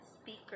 speaker